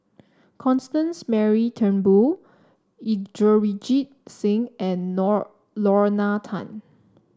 Constance Mary Turnbull Inderjit Singh and Lorna Tan